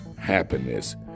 happiness